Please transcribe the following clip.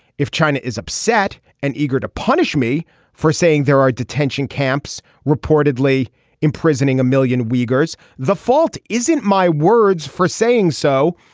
if china is upset and eager to punish me for saying there are detention camps reportedly imprisoning a million weavers the fault isn't my words for saying so.